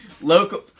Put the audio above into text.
Local